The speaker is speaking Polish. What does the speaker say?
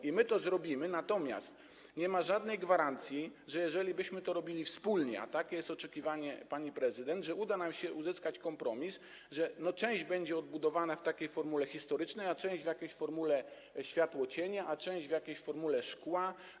I my to zrobimy, natomiast nie ma żadnej gwarancji, że jeżeli to byśmy robili wspólnie, a takie jest oczekiwanie pani prezydent, to uda nam się uzyskać kompromis, że część będzie odbudowana w takiej formule historycznej, część w jakiejś formule światłocienia, część w jakiejś formule szkła.